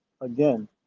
again